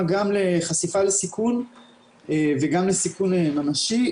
גם לחשיפה לסיכון וגם לסיכון ממשי,